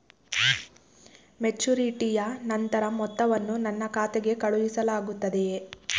ಮೆಚುರಿಟಿಯ ನಂತರ ಮೊತ್ತವನ್ನು ನನ್ನ ಖಾತೆಗೆ ಕಳುಹಿಸಲಾಗುತ್ತದೆಯೇ?